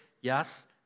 yes